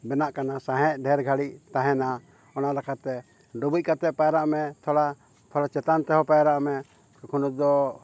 ᱵᱮᱱᱟᱜ ᱠᱟᱱᱟ ᱥᱟᱦᱮᱸᱫ ᱰᱷᱮᱨ ᱜᱷᱟᱹᱲᱤᱡ ᱛᱟᱦᱮᱱᱟ ᱚᱱᱟ ᱞᱮᱠᱟᱛᱮ ᱰᱩᱵᱩᱡ ᱠᱟᱛᱮ ᱯᱟᱭᱨᱟᱜ ᱢᱮ ᱛᱷᱚᱲᱟ ᱛᱷᱚᱲᱟ ᱪᱮᱛᱟᱱ ᱛᱮᱦᱚᱸ ᱯᱟᱭᱨᱟᱜ ᱢᱮ ᱠᱚᱠᱷᱚᱱᱚ ᱫᱚ